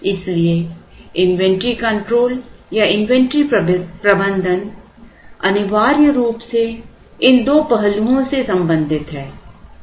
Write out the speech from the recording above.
इसलिए इन्वेंट्री नियंत्रण या इन्वेंट्री प्रबंधन अनिवार्य रूप से इन दो पहलुओं से संबंधित है